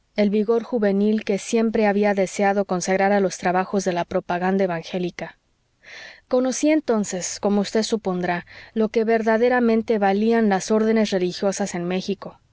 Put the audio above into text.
el vigor juvenil que siempre había deseado consagrar a los trabajos de la propaganda evangélica conocí entonces como vd supondrá lo que verdaderamente valían las órdenes religiosas en méxico